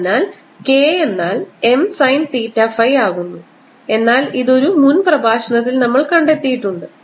അതിനാൽ K എന്നാൽ M sine theta phi ആകുന്നു എന്നാൽ ഇത് ഒരു മുൻ പ്രഭാഷണത്തിൽ നമ്മൾ കണ്ടെത്തിയിട്ടുണ്ട്